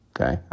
okay